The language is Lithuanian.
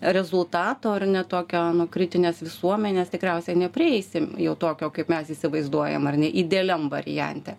rezultato ar ne tokio nu kritinės visuomenės tikriausiai neprieisim jau tokio kaip mes įsivaizduojam ar ne idealiam variante